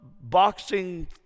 boxing